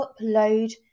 upload